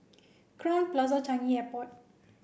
Crowne Plaza Changi Airport